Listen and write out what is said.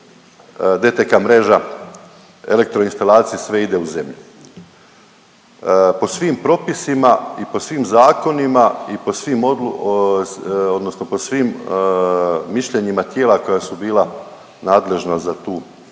DTK mreža, elektroinstalacije, sve ide u zemlju. Po svim propisima i po svim zakonima i po svim odnosno po svim mišljenjima tijela koja su bila nadležan za tu,